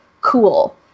cool